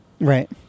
Right